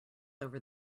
over